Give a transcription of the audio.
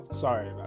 Sorry